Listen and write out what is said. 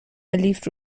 لیفت